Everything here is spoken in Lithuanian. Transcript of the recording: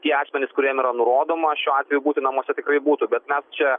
tie asmenis kuriem yra nurodoma šiuo atveju būti namuose tikrai būtų bet mes čia